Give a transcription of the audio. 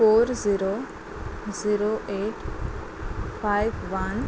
four zero zero eight five one